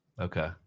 okay